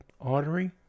artery